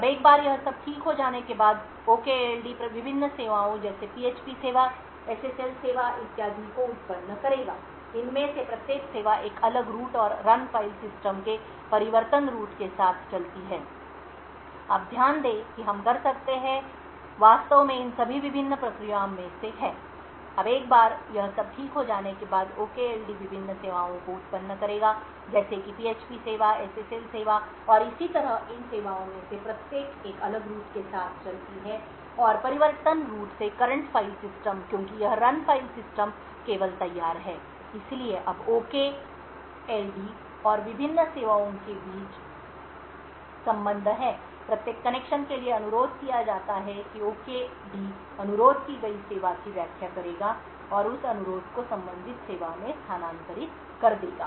अब एक बार यह सब ठीक हो जाने के बाद OKLD विभिन्न सेवाओं जैसे php सेवा SSL सेवा इत्यादि को उत्पन्न करेगा इनमें से प्रत्येक सेवा एक अलग रूट और रन फाइल सिस्टम के परिवर्तन रूट के साथ चलती है अब ध्यान दें कि हम कर सकते हैं वास्तव में इन सभी विभिन्न प्रक्रियाओं में से है अब एक बार यह सब ठीक हो जाने के बाद OKLD विभिन्न सेवाओं को उत्पन्न करेगा जैसे कि php सेवा SSL सेवा और इसी तरह इन सेवाओं में से प्रत्येक एक अलग रूट के साथ चलती है और परिवर्तन रूट से current फ़ाइल सिस्टम क्योंकि यह रन फ़ाइल सिस्टम केवल तैयार है इसलिए अब OKD और विभिन्न सेवाओं के बीच संबंध हैं प्रत्येक कनेक्शन के लिए अनुरोध किया जाता है कि OKD अनुरोध की गई सेवा की व्याख्या करेगा और उस अनुरोध को संबंधित सेवा में स्थानांतरित कर देगा